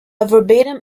verbatim